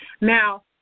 Now